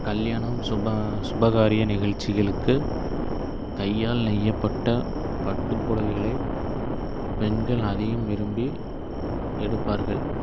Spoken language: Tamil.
கல்யாணம் சுப சுபகாரிய நிகழ்ச்சிகளுக்கு கையால் நெய்யப்பட்ட பட்டு புடவைகளை பெண்கள் அதிகம் விரும்பி எடுப்பார்கள்